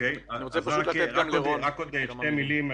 רק עוד שתי מילים.